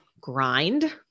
grind